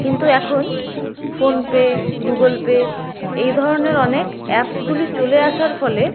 কিন্তু এখন PhonePe Google Pay এই ধরনের অনেক অ্যাপসগুলি চলে আসার ফলে